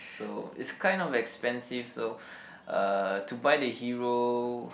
so it's kind of expensive so uh to buy the hero